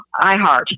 iHeart